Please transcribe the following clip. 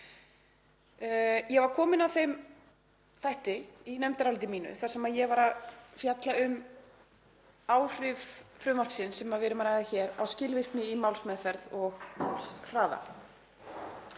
Ég var komin að þeim þætti í nefndarálitinu þar sem ég var að fjalla um áhrif frumvarpsins sem við erum að ræða hér á skilvirkni í málsmeðferð og málshraða.